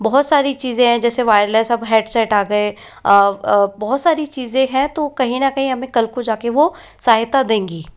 बहुत सारी चीज़ें हैं जैसे वायरलेस अब हेडसेट आ गए बहुत सारी चीज़ें हैं तो कहीं न कहीं हमें कल को जाके वो सहायता देंगी